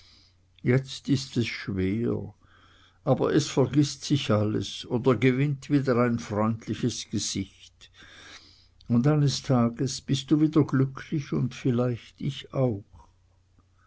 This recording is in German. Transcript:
jetzt ist es schwer aber es vergißt sich alles oder gewinnt wieder ein freundliches gesicht und eines tages bist du wieder glücklich und vielleicht ich auch